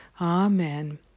Amen